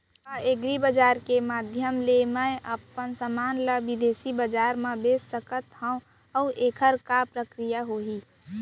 का एग्रीबजार के माधयम ले मैं अपन समान ला बिदेसी बजार मा बेच सकत हव अऊ एखर का प्रक्रिया होही?